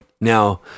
Now